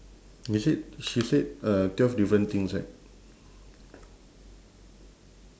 they said she said uh twelve different things right